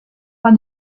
pas